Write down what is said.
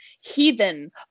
heathen